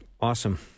awesome